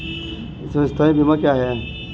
स्वास्थ्य बीमा क्या है?